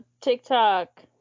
TikTok